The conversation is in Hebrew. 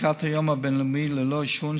לקראת היום הבין-לאומי ללא עישון,